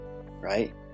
Right